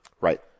Right